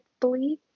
believe